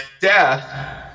death